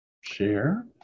share